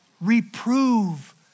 Reprove